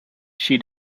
she